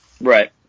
Right